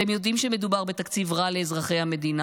אתם יודעים שמדובר בתקציב רע לאזרחי המדינה,